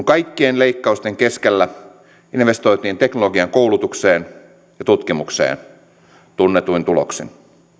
kaikkien leikkausten keskellä investoitiin teknologian koulutukseen ja tutkimukseen tunnetuin tuloksin